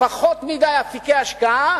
פחות מדי אפיקי השקעה